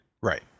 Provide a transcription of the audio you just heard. Right